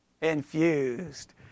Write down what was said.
Infused